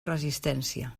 resistència